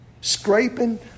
scraping